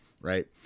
Right